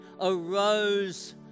arose